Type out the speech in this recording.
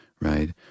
right